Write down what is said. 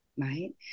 right